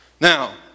Now